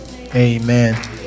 amen